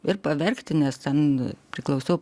ir paverkti nes ten priklausau